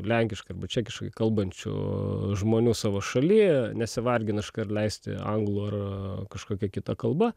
lenkiškai arba čekiškai kalbančių žmonių savo šaly nesivargina iškart leisti anglų ar a kažkokia kita kalba